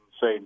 say